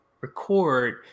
record